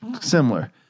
similar